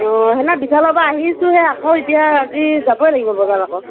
অ সেইদিনা বিশালৰ পৰা আহিছোঁহে আকৌ এতিয়া আজি যাবই লাগিব বজাৰত আকৌ